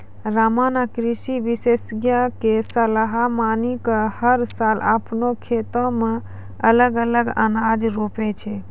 रामा नॅ कृषि विशेषज्ञ के सलाह मानी कॅ हर साल आपनों खेतो मॅ अलग अलग अनाज रोपै छै